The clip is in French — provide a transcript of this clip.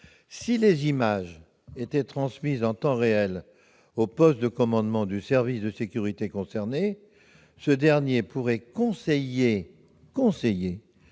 Si les images étaient transmises en temps réel au poste de commandement du service interne de sécurité concerné, ce dernier pourrait conseiller les